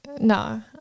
No